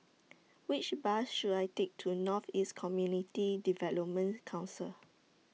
Which Bus should I Take to North East Community Development Council